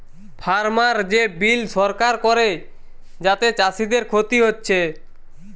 farmer যে bill সরকার করে যাতে চাষীদের ক্ষতি হচ্ছে